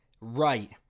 right